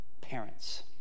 Parents